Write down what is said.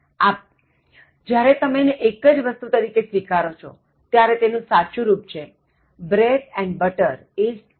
આમજ્યારે તમે એને એક જ વસ્તુ તરીકે સ્વીકારો છો ત્યારેતેનું સાચું રુપ છે bread and butter is tasty